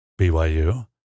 BYU